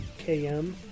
KM